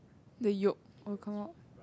the yolk will come out